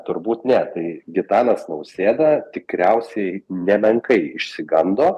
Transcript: turbūt ne tai gitanas nausėda tikriausiai nemenkai išsigando